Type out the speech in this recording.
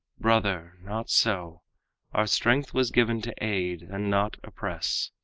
brother, not so our strength was given to aid and not oppress.